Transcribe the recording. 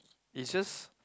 is just